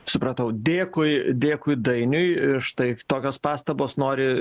supratau dėkui dėkui dainiui ir štai tokios pastabos nori